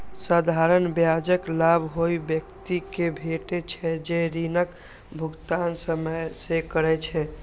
साधारण ब्याजक लाभ ओइ व्यक्ति कें भेटै छै, जे ऋणक भुगतान समय सं करै छै